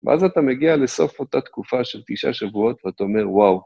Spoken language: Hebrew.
ואז אתה מגיע לסוף אותה תקופה של תשעה שבועות ואתה אומר וואו.